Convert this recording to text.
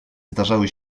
zdarzały